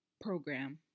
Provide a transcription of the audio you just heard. program